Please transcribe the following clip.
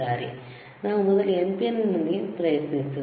ಆದ್ದರಿಂದ ನಾವು ಮೊದಲು NPN ನೊಂದಿಗೆ ಪ್ರಯತ್ನಿಸೋಣ